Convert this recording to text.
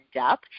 up